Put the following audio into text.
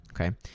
Okay